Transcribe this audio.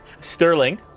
Sterling